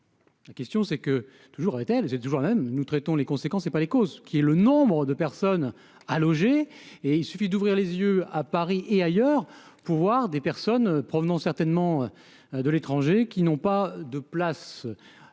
La question c'est que toujours elle, elle était toujours le même, nous traitons les conséquences et pas les causes qui est le nombre de personnes à loger et il suffit d'ouvrir les yeux à Paris et ailleurs pour voir des personnes provenant certainement de l'étranger, qui n'ont pas de place